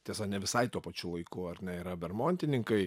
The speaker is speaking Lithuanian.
tiesa ne visai tuo pačiu laiku ar ne yra bermontininkai